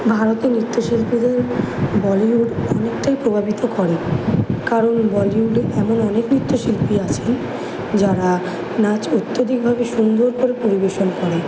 ভারতে নিত্য শিল্পিদের বলিউড অনেকটাই প্রভাবিত করে কারণ বলিউডে এমন অনেক নৃত্য শিল্পী আছেন যারা নাচ অত্যধিকভাবে সুন্দর করে পরিবেশন করে